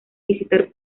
visitar